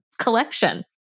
collection